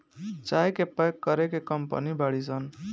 चाय के पैक करे के कंपनी बाड़ी सन